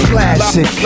Classic